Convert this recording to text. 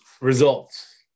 results